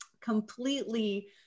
completely